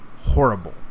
Horrible